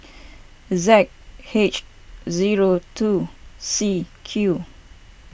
Z H zero two C Q